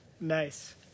Nice